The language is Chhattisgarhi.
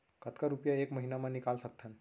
कतका रुपिया एक महीना म निकाल सकथन?